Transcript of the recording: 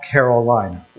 Carolina